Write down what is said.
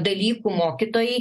dalykų mokytojai